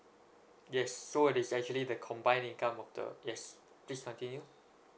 yes so it's actually the combined income of the yes please continue